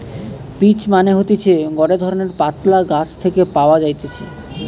peach মানে হতিছে গটে ধরণের পাতলা গাছ থেকে পাওয়া যাইতেছে